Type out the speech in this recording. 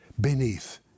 beneath